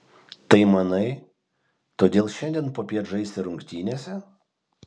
tai manai todėl šiandien popiet žaisi rungtynėse